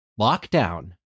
lockdown